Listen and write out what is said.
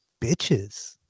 bitches